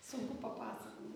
sunku papasakot